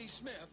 Smith